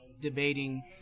debating